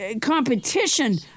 competition